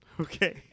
Okay